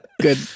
Good